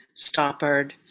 Stoppard